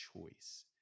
choice